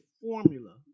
formula